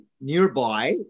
nearby